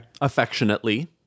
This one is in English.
Affectionately